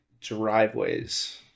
driveways